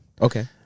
Okay